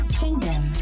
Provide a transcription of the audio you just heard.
kingdom